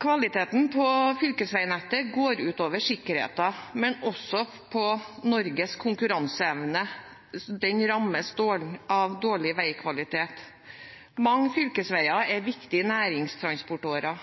Kvaliteten på fylkesveinettet går ut over sikkerheten, men også Norges konkurranseevne rammes av dårlig veikvalitet. Mange fylkesveier er viktige næringstransportårer.